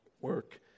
work